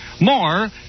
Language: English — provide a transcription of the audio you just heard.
More